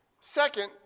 Second